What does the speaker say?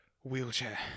Wheelchair